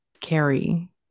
carry